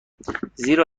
زیرا